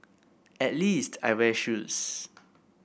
at least I wear shoes